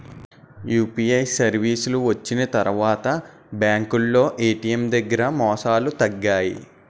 UPI సర్వీసులు వచ్చిన తర్వాత బ్యాంకులో ఏటీఎం దగ్గర మోసాలు తగ్గాయి